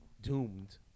doomed